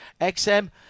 XM